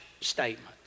statement